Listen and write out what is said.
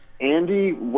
Andy